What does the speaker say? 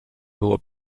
było